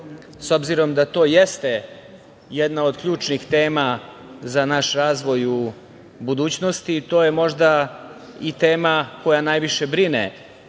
obzirom da to jeste jedna od ključnih tema za naš razvoj u budućnosti, to je možda i tema koja najviše brine